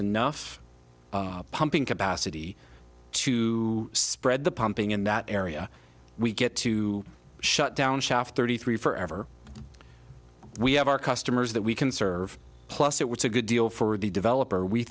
enough pumping capacity to spread the pumping in that area we get to shut down shaft thirty three forever we have our customers that we can serve plus it was a good deal for the developer we